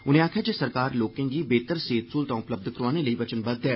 उनें आखेआ जे सरकार लोकें गी बेहतर सेहत स्हूलतां उपलब्ध करोआने लेई वचनबद्द ऐ